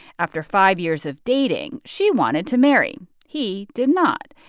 after five years of dating, she wanted to marry. he did not.